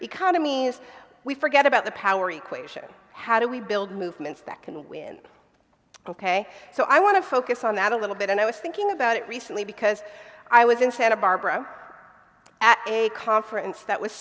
economies we forget about the power equation how do we build movements that can win ok so i want to focus on that a little bit and i was thinking about it recently because i was in santa barbara at a conference that was